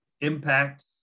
impact